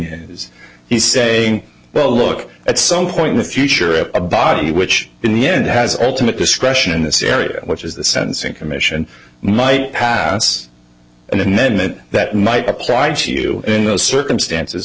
is he's saying well look at some point in the future of a body which in the end has estimate discretion in this area which is the sentencing commission might pass and then that that might apply to you in those circumstances